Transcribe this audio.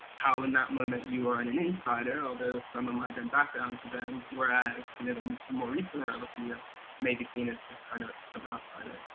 how, in that moment, you are an an insider, although from a migrant background, to them, whereas, you know, the more recent arrivals from europe may be seen as as kind of as outsiders.